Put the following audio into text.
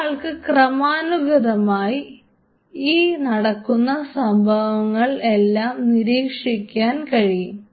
ഒരാൾക്ക് ക്രമാനുഗതമായി ഈ നടക്കുന്ന സംഭവങ്ങൾ എല്ലാം നിരീക്ഷിക്കാൻ കഴിയും